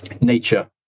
Nature